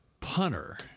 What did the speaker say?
punter